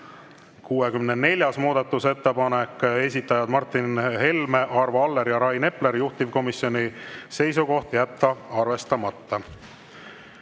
64. muudatusettepanek, esitajad Martin Helme, Arvo Aller ja Rain Epler. Juhtivkomisjoni seisukoht: jätta arvestamata.